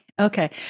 okay